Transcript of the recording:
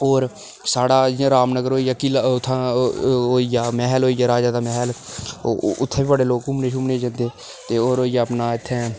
होर साढ़ा जि'यां रामनगर होई गेआ किला उत्थै दा महल होई गेआ राजा दा महल होई गेआ उत्थै बी बड़े लोक घूमने शूमने गी जंदे ते होर होई गेआ अपना इत्थै